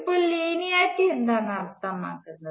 ഇപ്പോൾ ലിനിയാരിട്ടി എന്താണ് അർത്ഥമാക്കുന്നത്